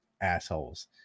assholes